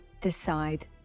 decide